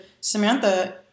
samantha